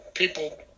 People